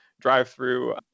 drive-through